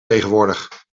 tegenwoordig